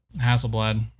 Hasselblad